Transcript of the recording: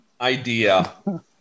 idea